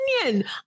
opinion